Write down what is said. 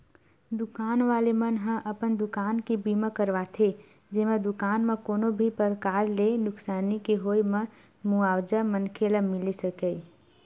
दुकान वाले मन ह अपन दुकान के बीमा करवाथे जेमा दुकान म कोनो भी परकार ले नुकसानी के होय म मुवाजा मनखे ल मिले सकय